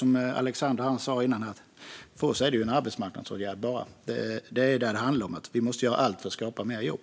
Som Alexander sa tidigare är det här bara en arbetsmarknadsåtgärd för oss. Det handlar om att göra allt för att skapa fler jobb.